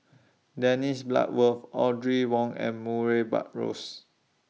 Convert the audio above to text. Dennis Bloodworth Audrey Wong and Murray Buttrose